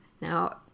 Now